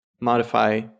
modify